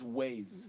ways